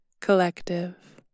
Collective